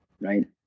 right